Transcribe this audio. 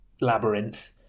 labyrinth